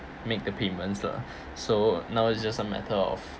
make the payments lah so now it's just a matter of